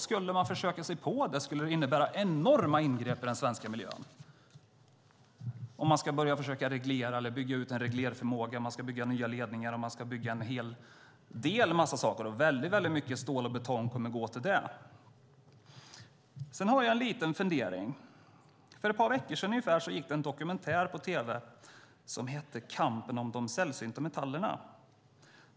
Skulle man försöka sig på det skulle det innebära enorma ingrepp i den svenska miljön, om man ska börja bygga ut en reglerförmåga och bygga nya ledningar och en massa saker. Det kommer att gå mycket stål och betong till det. För ett par veckor sedan gick det en dokumentär på tv som hette Kampen om de sällsynta metallerna .